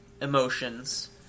emotions